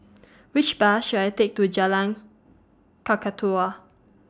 Which Bus should I Take to Jalan Kakatua